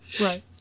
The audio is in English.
Right